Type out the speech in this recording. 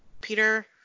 Peter